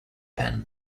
pen